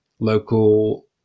local